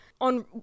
On